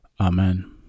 Amen